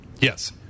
Yes